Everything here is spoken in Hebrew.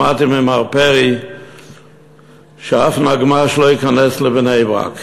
שמעתי ממר פרי ששום נגמ"ש לא ייכנס לבני-ברק